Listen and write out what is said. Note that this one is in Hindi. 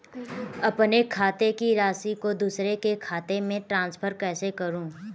अपने खाते की राशि को दूसरे के खाते में ट्रांसफर कैसे करूँ?